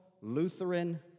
Lutheran